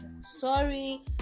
sorry